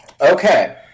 Okay